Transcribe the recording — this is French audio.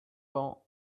ans